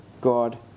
God